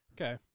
Okay